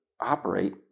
operate